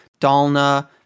Dalna